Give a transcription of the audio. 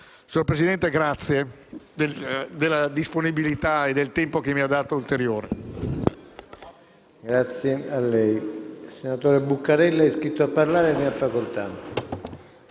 Signor Presidente, grazie della disponibilità e del tempo ulteriore